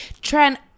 trent